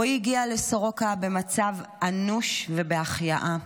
רועי הגיע לסורוקה במצב אנוש ובהחייאה.